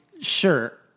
sure